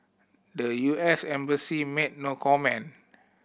the U S embassy made no comment